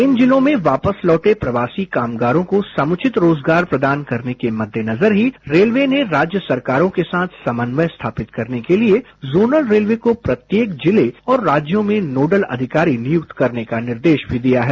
इन जिलों में वापस लौटे प्रवासी कामगारों को समुचित रोजगारप्रदान करने के मद्देनजर ही रेलवे ने कामगारों के साथ समन्वय स्थापित करने के लिएजोनल रेलवे को प्रत्येक जिले और राज्यों में नोडल अधिकारी नियुक्त करने का निर्देशभी दिया है